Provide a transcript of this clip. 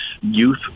youth